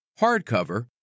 hardcover